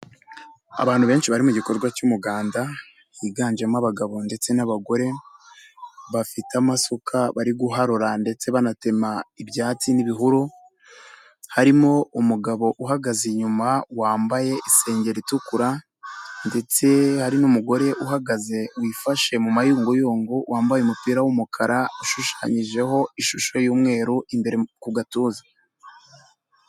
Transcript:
Abantu benshi bari mu gikorwa cy'umuganda. Biganjemo abagabo ndetse n'abagore. Bafite amasuka bari guharura ndetse banatema ibyatsi n'ibihuru. Harimo umugabo uhagaze inyuma wambaye isengeri itukura ndetse hari n'umugore uhagaze wifashe mu mayunguyungu, wambaye umupira w'umukara ushushanyijeho ishusho y'umweru imbere ku gatuza.